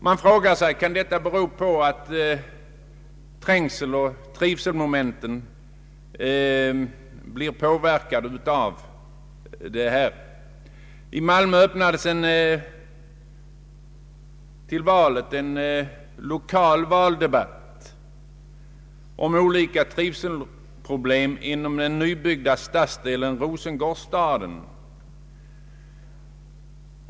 Man frågar sig om detta kan bero på att trivselmomenten blir påverkade. I Malmö ägnades en lokal valdebatt åt olika trivselproblem inom den nybyggda stadsdelen Rosengårdsstaden.